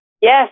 Yes